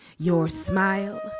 your smile,